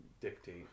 dictate